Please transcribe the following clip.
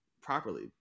properly